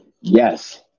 Yes